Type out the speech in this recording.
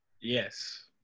yes